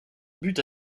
butte